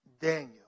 Daniel